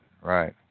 right